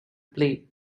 play